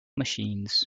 machines